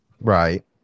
Right